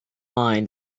mind